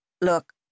Look